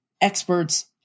experts